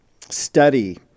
study